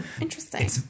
Interesting